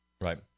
Right